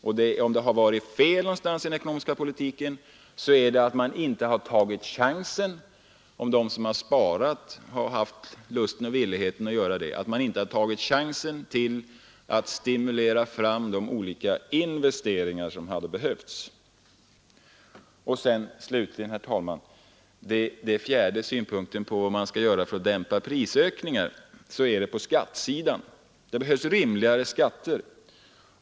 Om något varit fel i den ekonomiska politiken är det att man inte tagit chansen — om de som sparat haft lust och villighet härtill — till att stimulera fram de olika investeringar som hade behövts. Vidare, herr talman — det är den fjärde synpunkten på vad man skall göra för att dämpa prisökningar — behövs det rimligare skatter.